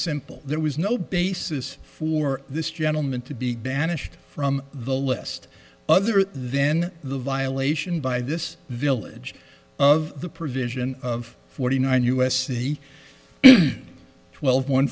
simple there was no basis for this gentleman to be banished from the list other then the violation by this village of the provision of forty nine u s c twelve one